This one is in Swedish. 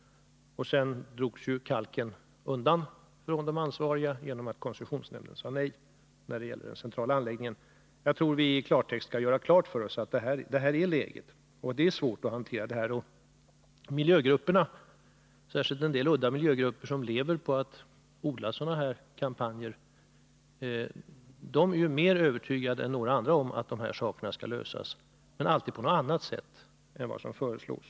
Sedan drogs kalken undan från de ansvariga genom att koncessionsnämnden sade nej när det gällde den centrala anläggningen. Jag tror att vi skall göra det klart för oss att läget är så här och att det är svårt att hantera denna fråga. Och miljögrupperna, särskilt en del udda sådana som lever på att odla sådana här kampanjer, är mer övertygade än några andra om att dessa problem skall lösas, men alltid på något annat sätt än vad som föreslås.